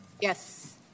Yes